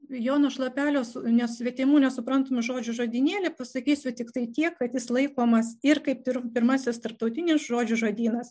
jono šlapelio su ne svetimų nesuprantamų žodžių žodynėlį pasakysiu tiktai tiek kad jis laikomas ir kaip ir pirmasis tarptautinis žodžių žodynas